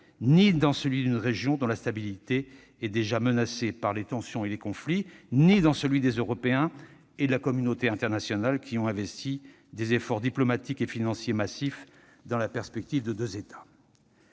ni dans celui d'une région dont la stabilité est déjà menacée par les tensions et les conflits ; ni dans celui des Européens et de la communauté internationale, qui ont investi des efforts diplomatiques et financiers massifs dans la perspective des deux États.